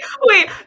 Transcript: Wait